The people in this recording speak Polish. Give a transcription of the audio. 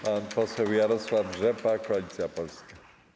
Pan poseł Jarosław Rzepa, Koalicja Polska.